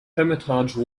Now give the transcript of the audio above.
hermitage